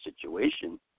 situation